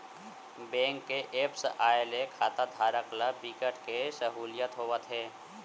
bank के apps आए ले खाताधारक ल बिकट के सहूलियत होवत हे